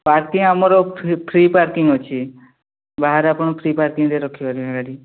parking ଆମର free parking ଅଛି ବାହାରେ ଆପଣ ଫ୍ରି ପାର୍କିଙ୍ଗରେ ରଖିପାରିବେ ଗାଡ଼ି